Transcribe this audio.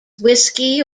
whiskey